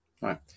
right